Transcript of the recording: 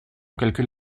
calcule